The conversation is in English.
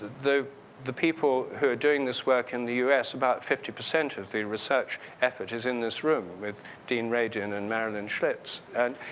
the the people are doing this work in the us. about fifty percent of the research effort is in this room with dean radin and marilyn schlitz and,